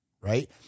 Right